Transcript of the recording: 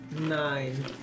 nine